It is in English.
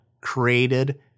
created